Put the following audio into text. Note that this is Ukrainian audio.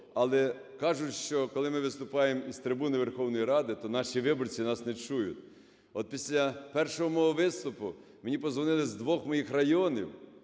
але кажуть, що коли ми виступаємо із трибуни Верховної Ради, то наші виборці нас не чують. От після першого мого виступу мені подзвонили з двох моїх районів